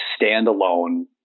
standalone